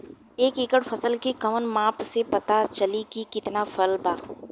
एक एकड़ फसल के कवन माप से पता चली की कितना फल बा?